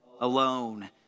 alone